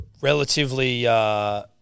relatively –